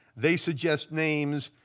they suggest names.